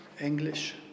English